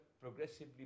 progressively